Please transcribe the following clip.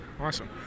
Awesome